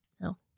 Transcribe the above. No